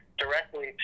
directly